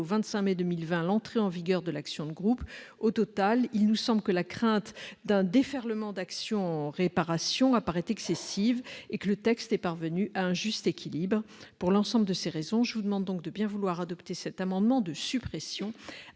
au 25 mai 2020 l'entrée en vigueur de l'action de groupe. Au total, il nous semble que la crainte d'un déferlement d'actions en réparation apparaît excessive et que le texte est parvenu à un juste équilibre. Pour l'ensemble de ces raisons, je vous demande donc de bien vouloir adopter cet amendement de suppression,